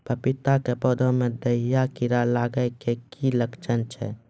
पपीता के पौधा मे दहिया कीड़ा लागे के की लक्छण छै?